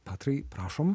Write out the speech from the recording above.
petrai prašom